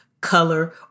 Color